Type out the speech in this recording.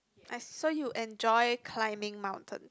I saw you enjoy climbing mountain